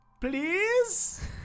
Please